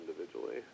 individually